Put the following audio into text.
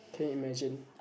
can you imagine